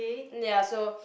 ya so